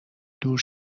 دور